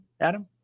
Adam